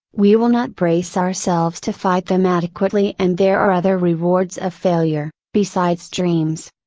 we will not brace ourselves to fight them adequately and there are other rewards of failure, besides dreams.